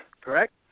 Correct